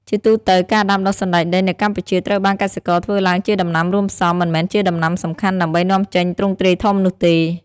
ជាទូទៅ ការដាំដុះសណ្តែកដីនៅកម្ពុជាត្រូវបានកសិករធ្វើឡើងជាដំណាំរួមផ្សំ មិនមែនជាដំណាំសំខាន់ដើម្បីនាំចេញទ្រង់ទ្រាយធំនោះទេ។